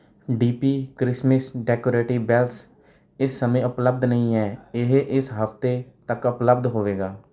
D P Christmas decorative bells ਇਸ ਸਮੇਂ ਉਪਲਬਧ ਨਹੀਂ ਹੈ ਇਹ ਇਸ ਹਫ਼ਤੇ ਤੱਕ ਉਪਲਬਧ ਹੋਵੇਗਾ